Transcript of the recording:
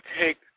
take